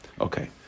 Okay